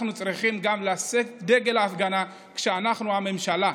אנחנו צריכים גם לשאת את דגל ההפגנה כשאנחנו הממשלה.